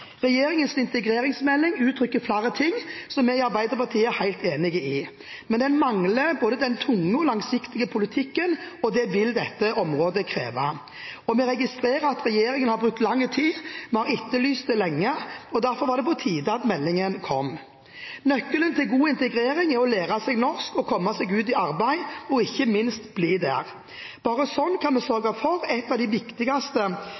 Regjeringens integreringsmelding uttrykker flere ting som vi i Arbeiderpartiet er helt enig i. Men den mangler både den tunge og den langsiktige politikken, og det vil dette området kreve. Vi registrerer også at regjeringen har brukt lang tid – vi har etterlyst den lenge – derfor var det på tide at meldingen kom. Nøkkelen til god integrering er å lære seg norsk og komme seg ut i arbeid – og ikke minst bli der. Bare slik kan vi sørge for et av de viktigste